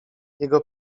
jego